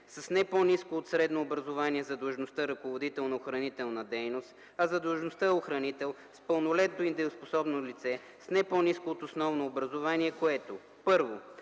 с не по-ниско от средно образование за длъжността „ръководител на охранителна дейност”, а за длъжността „охранител” – с пълнолетно и дееспособно лице с не по-ниско от основно образование, което: 1.